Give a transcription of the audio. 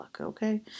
okay